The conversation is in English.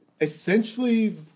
essentially